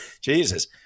Jesus